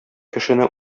кешене